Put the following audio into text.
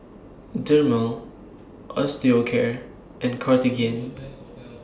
Dermale Osteocare and Cartigain